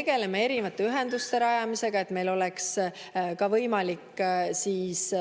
tegeleme erinevate ühenduste rajamisega, et meil oleks ka võimalik